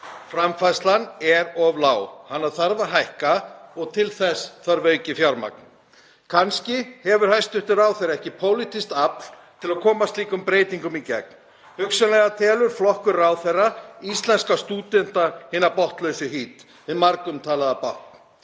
Framfærslan er of lág, hana þarf að hækka og til þess þarf aukið fjármagn. Kannski hefur hæstv. ráðherra ekki pólitískt afl til að koma slíkum breytingum í gegn. Hugsanlega telur flokkur ráðherra íslenska stúdenta hina botnlausu hít, hið margumtalaða bákn.